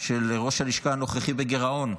של ראש הלשכה הנוכחי, בגירעון,